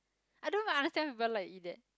I don't even understand people like to eat that